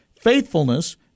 faithfulness